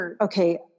okay